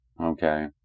Okay